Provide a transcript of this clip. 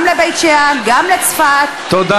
גם לבית-שאן, גם לצפת, תודה.